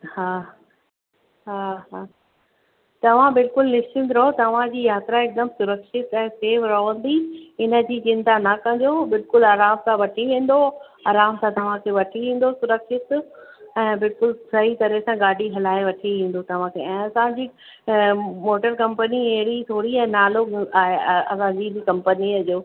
हा हा हा तव्हां बिल्कुलु निश्चित रहो तव्हांजी यात्रा हिकदमि सुरक्षित ऐं सेफ़ रहंदी हिनजी चिंता न कजो बिल्कुलु आराम सां वठी वेंदो आराम सां तव्हांखे वठी ईंदो सुरक्षित ऐं बिल्कुलु सही तरह सां गाॾी हलाए वठी ईंदो तव्हांखे ऐं असांजी मोटर कंपनी अहिड़ी ई थोरी आहे नालो आहे वरी बि कंपनीअ जो